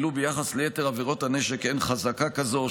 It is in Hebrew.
שביחס ליתר עבירות הנשק אין חזקה כזאת,